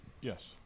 Yes